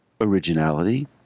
originality